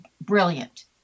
brilliant